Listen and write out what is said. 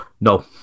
No